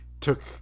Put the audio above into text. took